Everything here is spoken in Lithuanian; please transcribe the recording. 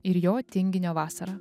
ir jo tinginio vasara